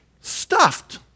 stuffed